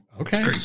Okay